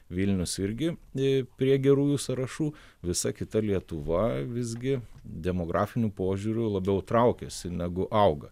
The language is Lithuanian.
vilnius irgi i prie gerųjų sąrašų visa kita lietuva visgi demografiniu požiūriu labiau traukiasi nagu auga